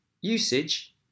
usage